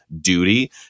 duty